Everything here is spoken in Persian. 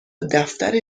دفتر